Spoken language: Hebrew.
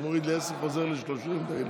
חבר הכנסת יצחק